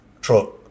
truck